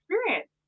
experience